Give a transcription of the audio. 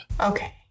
Okay